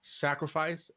sacrifice